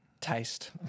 Taste